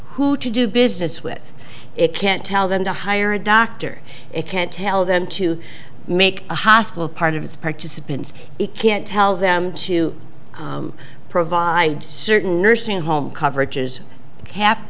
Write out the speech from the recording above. who to do business with it can't tell them to hire a doctor it can't tell them to make a hospital part of its participants it can't tell them to provide certain nursing home coverages